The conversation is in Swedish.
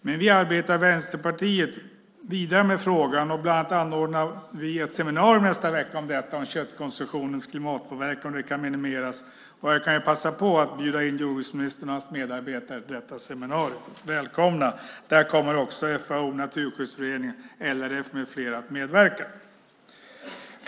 Men vi i Vänsterpartiet arbetar vidare med frågan. Bland annat anordnar vi ett seminarium nästa vecka om köttkonsumtionens klimatpåverkan och hur den kan minimeras. Jag passar på att bjuda in jordbruksministern och hans medarbetare till detta seminarium. Välkomna! Där kommer också FAO, Naturskyddsföreningen, LRF med flera att medverka.